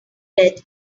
bet